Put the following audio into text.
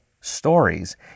stories